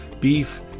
Beef